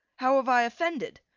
how have i offended?